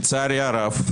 לצערי הרב,